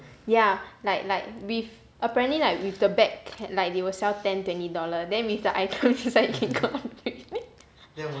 ya like like with apparently like with the bag can like they will sell ten twenty dollar then with the items inside